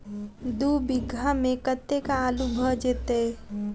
दु बीघा मे कतेक आलु भऽ जेतय?